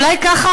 ככה,